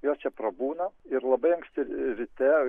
jos čia prabūna ir labai anksti ryte